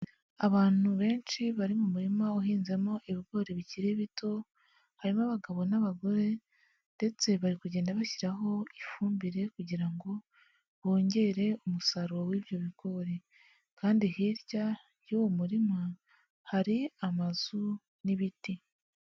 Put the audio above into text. Abantu benshi bari mu murima uhinzemo ibigori bikiri bito, harimo abagabo n'abagore, ndetse bari kugenda bashyiraho ifumbire kugira ngo, bongere umusaruro w'ibyo bigori. Kandi hirya y'uwo murima, hari amazu n'ibiti.